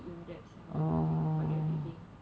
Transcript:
indepth summary of what you are reading